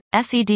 SED